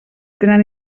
tenen